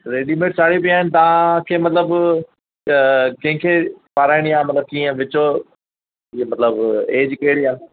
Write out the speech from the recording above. readymade sari बि आहिनि तव्हां खे मतिलबु त कंहिंखे पारायणी आहे मतिलबु कीअं विचो इहो मतिलबु एज कहिड़ी आहे